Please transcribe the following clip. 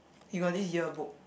he got this year book